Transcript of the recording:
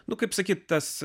du kaip sakyti tas